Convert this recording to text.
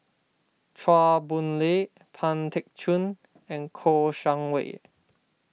Chua Boon Lay Pang Teck Joon and Kouo Shang Wei